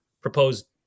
proposed